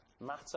matter